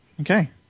Okay